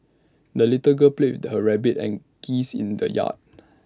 the little girl played her rabbit and geese in the yard